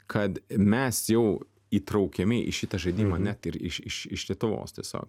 kad mes jau įtraukiami į šitą žaidimą net ir iš iš iš lietuvos tiesiog